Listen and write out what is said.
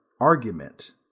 argument